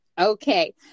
Okay